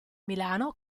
milano